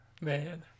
Man